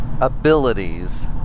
abilities